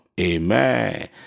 amen